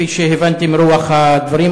כפי שהבנתי מרוח הדברים,